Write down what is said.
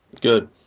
Good